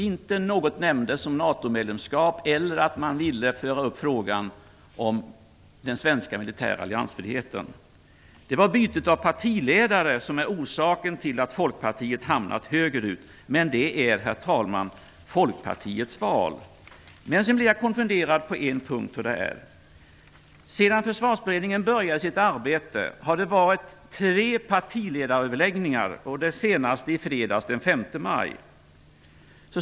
Inget nämndes om NATO-medlemskap eller om att man ville föra upp frågan om den svenska militära alliansfriheten. Det är bytet av partiledare som är orsaken till att Folkpartiet har hamnat åt höger. Men det är, herr talman, Folkpartiets val. Jag blev konfunderad på en punkt. Sedan Försvarsberedningen började sitt arbete har det varit tre partiledaröverläggningar, den senaste i fredags, den 5 maj.